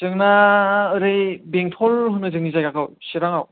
जोंना ओरै बेंटल होनो जोंनि जायगाखौ चिराङाव